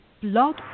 Blog